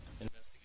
investigation